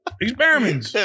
Experiments